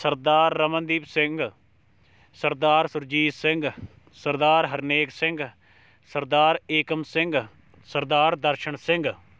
Sardar Ramandeep Singh Sardar Surjit Singh Sardar Harnek Singh Sardar Ekam Singh Sardar Darshan Singh